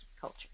culture